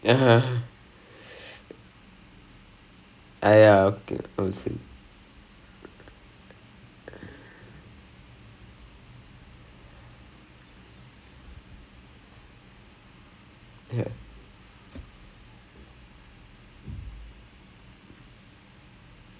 whatever I did in the whatever little I did in the script so ya so I don't know but but it is nice at least they kind of like is it like if I join in like I'm in I'm already in drama wait but இப்போ நம்ம ஏதாச்சோ பண்ணனும்னு சொன்னாங்கன்னா:ippo namma aethaacho pannanumnu sonnaanganaa at least like thanks from this thanks to the module like there's a framework